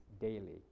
daily